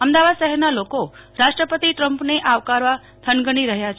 અમદાવાદ શહેરના લોકો રાષ્ટ્રપતિ ટ્રમ્પને આવકારવા થનગની રહ્યા છે